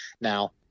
now